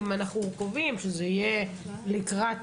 אם אנחנו קובעים שזה יהיה לקראת